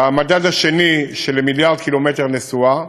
במדד השני, של מיליארד קילומטר נסועה,